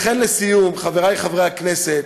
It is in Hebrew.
לכן, לסיום, חברי חברי הכנסת,